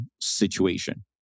situation